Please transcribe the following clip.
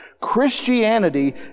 Christianity